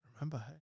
remember